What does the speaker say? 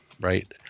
right